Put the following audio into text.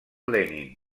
lenin